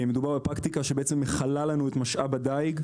מדובר בפרקטיקה שמכלה לנו את משאב הדיג.